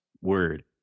word